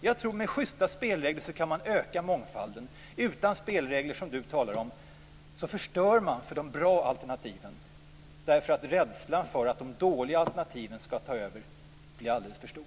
Jag tror nämligen att man med schysta spelregler kan öka mångfalden. Utan spelregler, något som Lars Leijonborg talar om, förstör man för de bra alternativen därför att rädslan för att de dåliga alternativen ska ta över blir alldeles för stor.